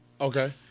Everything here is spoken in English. Okay